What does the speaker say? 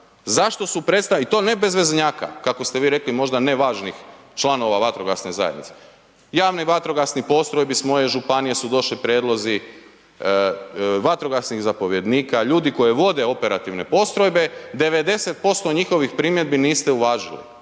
Zašto su .../nerazumljivo/... i to ne bezveznjaka, kako ste vi rekli, možda nevažnih članova vatrogasne zajednice. Javni vatrogasni postrojbi s moje županije su došli prijedlozi, vatrogasnih zapovjednika, ljudi koji vode operativne postrojbe, 90% njihovih primjedbi niste uvažili